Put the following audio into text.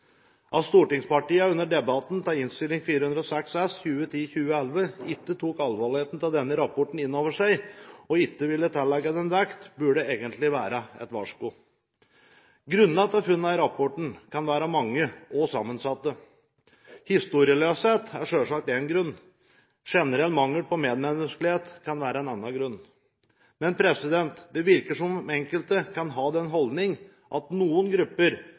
under debatten av Innst. 406 S for 2010–2011 ikke tok alvoret til denne rapporten innover seg og ikke ville tillegge den vekt, burde egentlig være et varsko. Grunnene til funnene i rapporten kan være mange og sammensatte. Historieløshet er selvsagt en grunn, generell mangel på medmenneskelighet kan være en annen grunn. Men det virker som enkelte kan ha den holdning at noen grupper